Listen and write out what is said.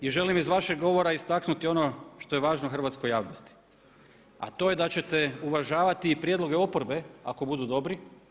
Želim iz vašeg govora istaknuti ono što je važno hrvatskoj javnosti, a to je da ćete uvažavati i prijedloge oporbe ako budu dobri.